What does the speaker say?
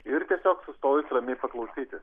ir tiesiog sustojus ramiai paklausyti